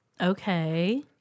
Okay